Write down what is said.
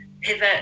pivot